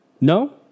No